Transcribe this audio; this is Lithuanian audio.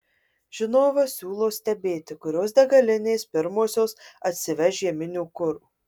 žinovas siūlo stebėti kurios degalinės pirmosios atsiveš žieminio kuro